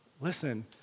listen